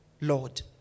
Lord